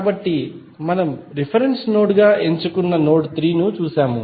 కాబట్టి మనము reference node గా ఎంచుకున్న నోడ్ 3 ను చూశాము